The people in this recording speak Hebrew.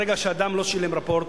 ברגע שאדם לא שילם רפורט,